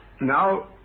Now